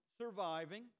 surviving